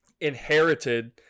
inherited –